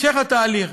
המשך התהליך,